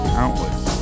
countless